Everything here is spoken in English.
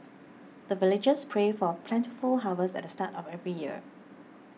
the villagers pray for plentiful harvest at the start of every year